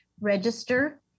register